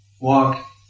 walk